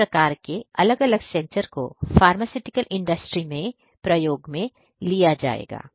इस प्रकार के अलग अलग सेंसर को फार्मास्यूटिकल इंडस्ट्री में प्रयोग में लिया जाएगा